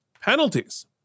Penalties